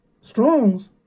Strong's